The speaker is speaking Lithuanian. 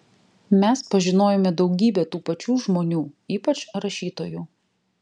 mes pažinojome daugybę tų pačių žmonių ypač rašytojų